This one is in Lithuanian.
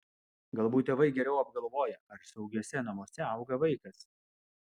galbūt tėvai geriau apgalvoja ar saugiuose namuose auga vaikas